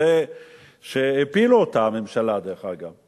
זה שהפילו אותה, הממשלה, דרך אגב.